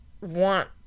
want